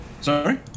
sorry